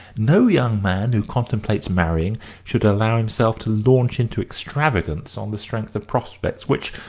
no young man who contemplates marrying should allow himself to launch into extravagance on the strength of prospects which,